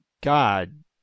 God